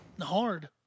hard